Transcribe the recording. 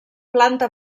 planta